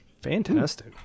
Fantastic